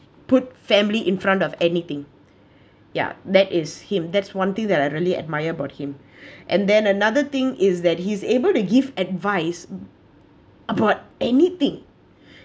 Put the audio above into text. put family in front of anything ya that is him that's one thing that I really admire about him and then another thing is that he's able to give advice about anything